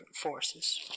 forces